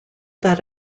that